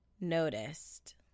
noticed